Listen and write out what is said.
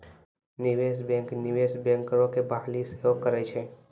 निवेशे बैंक, निवेश बैंकरो के बहाली सेहो करै छै